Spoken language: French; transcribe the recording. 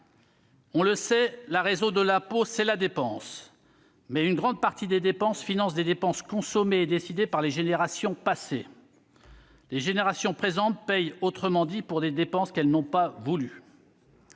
On le sait : la raison de l'impôt, c'est la dépense. Mais une grande partie des dépenses financent des dépenses consommées et décidées par les générations passées. Autrement dit, les générations présentes paient pour des dépenses qu'elles n'ont pas voulues.